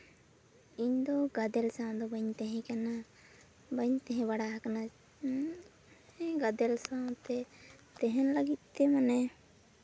ᱤᱧ ᱫᱚ ᱜᱟᱫᱮᱞ ᱥᱟᱶ ᱫᱚ ᱵᱟᱹᱧ ᱛᱟᱦᱮᱸ ᱠᱟᱱᱟ ᱵᱟᱹᱧ ᱛᱟᱦᱮᱸ ᱵᱟᱲᱟᱣ ᱠᱟᱱᱟ ᱜᱟᱫᱮᱞ ᱥᱟᱶᱛᱮ ᱛᱟᱦᱮᱱ ᱞᱟᱹᱜᱤᱫ ᱛᱮ ᱢᱟᱱᱮ